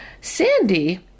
Sandy